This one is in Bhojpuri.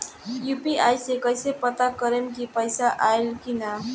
यू.पी.आई से कईसे पता करेम की पैसा आइल की ना?